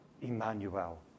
Emmanuel